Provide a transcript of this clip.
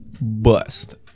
Bust